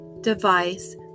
device